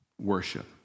worship